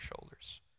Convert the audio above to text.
shoulders